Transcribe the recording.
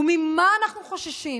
ממה אנחנו חוששים?